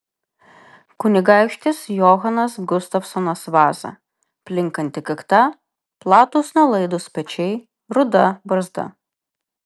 kunigaikštis johanas gustavsonas vaza plinkanti kakta platūs nuolaidūs pečiai ruda barzda